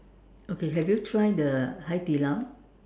okay have you tried the Hai-Di-Lao